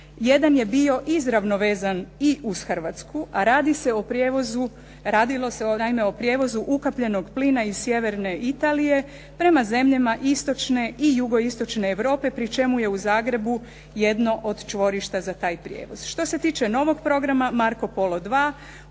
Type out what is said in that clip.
jedan je bio izravno vezan i uz Hrvatsku, a radi se o prijevozu, radilo se naime o prijevozu ukapljenog plina iz sjeverne Italije prema zemljama istočne i jugoistočne Europe pri čemu je u Zagrebu jedno od čvorišta za taj prijevoz. Što se tiče novog programa "Marco Polo